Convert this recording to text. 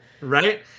Right